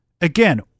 Again